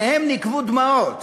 בעיניהם נקוו דמעות